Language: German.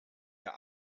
der